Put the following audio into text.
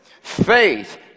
Faith